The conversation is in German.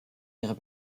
ihrer